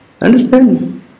Understand